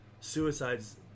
suicides